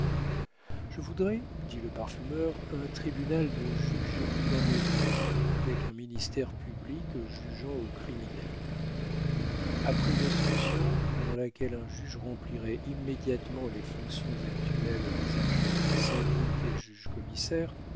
je voudrais dit le parfumeur un tribunal de juges inamovibles avec un ministère public jugeant au criminel après une instruction pendant laquelle un juge remplirait immédiatement les fonctions actuelles des agents syndics et juge commissaire